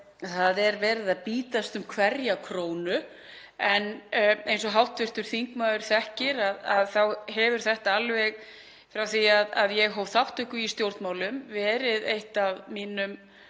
Það er verið að bítast um hverja krónu en eins og hv. þingmaður þekkir hefur þetta alveg frá því að ég hóf þátttöku í stjórnmálum verið eitt af mínum